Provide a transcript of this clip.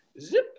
zip